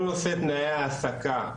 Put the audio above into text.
כל נושא תנאי העסקה,